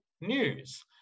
news